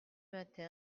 matin